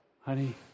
Honey